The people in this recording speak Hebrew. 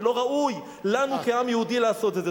ולא ראוי לנו כעם יהודי לעשות את זה.